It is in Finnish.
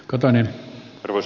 olen ed